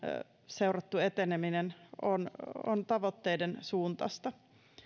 seurattu eteneminen on on tavoitteiden suuntaista